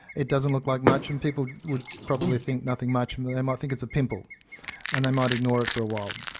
it doesn't look like much, and people would probably think nothing much, they might think it's a pimple and they might ignore it for a while.